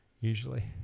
usually